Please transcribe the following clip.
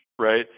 right